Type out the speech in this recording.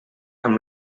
amb